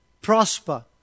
Prosper